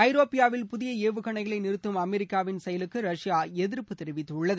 ஐரோப்பியாவில் புதிய சுவுகணைகளை நிறுத்தும் அமெரிக்காவின் செயலுக்கு ரஷ்யா எதிர்ப்பு தெரிவித்துள்ளது